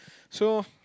so